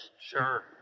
Sure